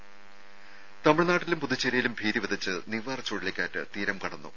ത തമിഴ്നാട്ടിലും പുതുച്ചേരിയിലും ഭീതിവിതച്ച് നിവാർ ചുഴലിക്കാറ്റ് തീരം കടന്നു